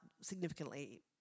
significantly